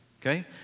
Okay